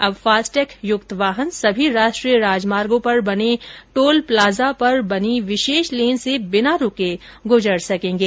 अब फास्टैग युक्त वाहन सभी राष्ट्रीय राजमार्गों पर बने टोल प्लाजा पर बनी विशेष लेन से बिना रूके गुजर सकेंगे